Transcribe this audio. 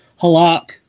Halak